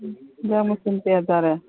ꯑꯦꯟꯁꯥꯡ ꯃꯊꯦꯟ ꯀꯌꯥ ꯇꯥꯔꯦ